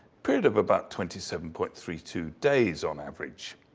period of about twenty seven point three two days, on average.